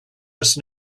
just